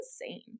insane